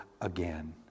again